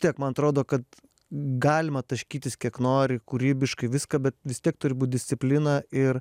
tiek man atrodo kad galima taškytis kiek nori kūrybiškai viską bet vis tiek turi būti disciplina ir